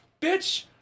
bitch